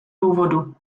důvodu